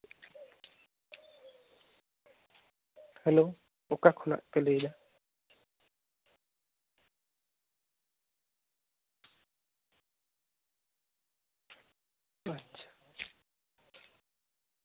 hello ᱚᱠᱟ ᱠᱷᱚᱱᱟᱜ ᱯᱮ ᱞᱟᱹᱭ ᱮᱫᱟ ᱟᱪᱪᱷᱟ